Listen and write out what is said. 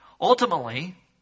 Ultimately